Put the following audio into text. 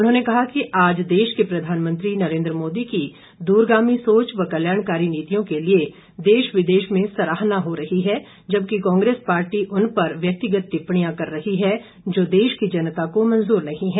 उन्होंने कहा कि आज देश के प्रधानमंत्री नरेंद्र मोदी की दूरगामी सोच व कल्याणकारी नीतियों के लिए देश विदेश में सराहना हो रही है जबकि कांग्रेस पार्टी उन पर व्यक्तिगत टिप्पणियां कर रही है जो देश की जनता को मंजूर नहीं है